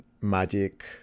magic